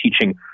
teaching